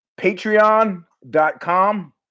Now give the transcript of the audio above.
Patreon.com